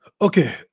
Okay